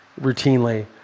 routinely